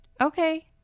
Okay